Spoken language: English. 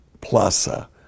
plaza